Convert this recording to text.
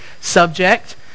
subject